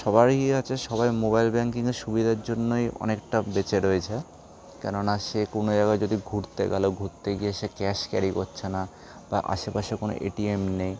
সবারই আছে সবাই মোবাইল ব্যাঙ্কিং এর সুবিধার জন্যই অনেকটা বেঁচে রয়েছে কেননা সে কোনো জায়গায় যদি ঘুরতে গেল ঘুরতে গিয়ে সে ক্যাশ ক্যারি করছে না বা আশেপাশের কোনো এটিএম নেই